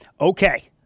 Okay